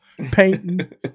painting